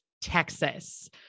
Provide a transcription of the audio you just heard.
Texas